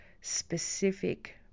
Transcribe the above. specific